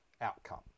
outcome